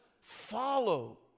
follow